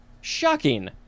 shocking